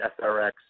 SRX